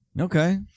Okay